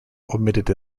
omitted